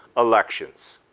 elections.